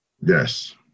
Yes